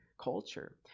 culture